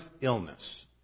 illness